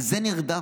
על זה נרדפנו.